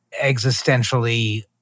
existentially